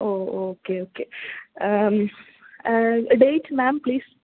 oh okay okay date ma'am please